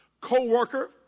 Co-worker